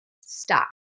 Stop